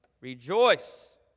Rejoice